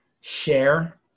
share